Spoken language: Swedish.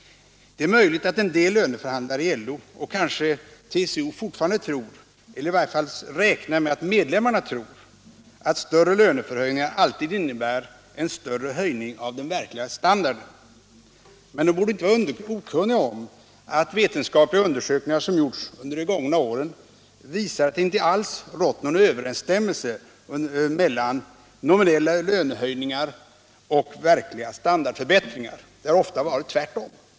Det är möjligt att en del löneförhandlare i LO och kanske TCO fortfarande tror, eller i varje fall räknar med att medlemmarna tror, att större löneförhöjningar alltid innebär en större höjning av den verkliga standarden. Men de borde inte vara okunniga om att vetenskapliga undersökningar som gjorts under de gångna åren visar att det inte alls rått någon överensstämmelse mellan nominella lönehöjningar och verklig standardförbättring under denna tid. Det har ofta varit tvärtom.